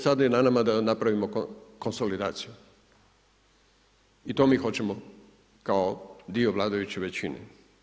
Sada je na nama da napravimo konsolidaciju i to mi hoćemo kao dio vladajuće većine.